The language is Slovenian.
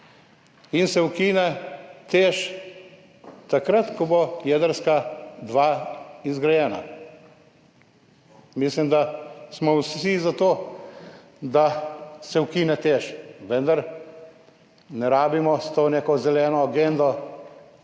In se ukine TEŠ takrat, ko bo jedrska dve izgrajena. Mislim, da smo vsi za to, da se ukine TEŠ, vendar ne rabimo s to neko zeleno agendo